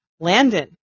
Landon